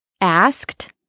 asked